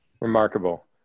Remarkable